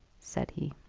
said he.